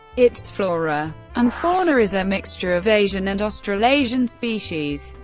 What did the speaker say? its flora and fauna is a mixture of asian and australasian species.